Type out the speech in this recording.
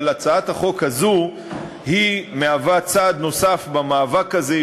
הצעת החוק הזאת היא צעד נוסף במאבק הזה,